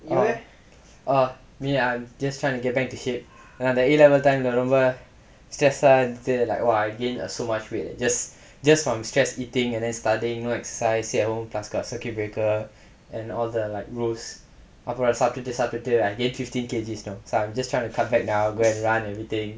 orh err me ah I'm just trying to get back into shape அந்த:antha A level time lah ரொம்ப:romba stress இருந்துட்டு:irunthuttu until like !wah! gained so much weight just just from stress eating and then studying no exercise sit at home plus got circuit breaker and all the like rules அப்றம் சாப்ட்டுட்டு சாப்பிட்டுட்டு:apram saaptuttu saaptuttu I gain fifteen K_G know so I'm just trying to cut back down go and run everything